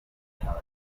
towel